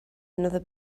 another